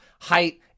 height